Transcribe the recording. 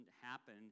happen